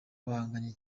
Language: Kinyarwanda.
bahanganye